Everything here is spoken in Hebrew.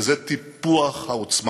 וזה טיפוח העוצמה.